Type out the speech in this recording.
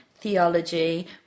theology